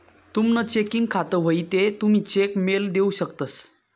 तुमनं चेकिंग खातं व्हयी ते तुमी चेक मेल देऊ शकतंस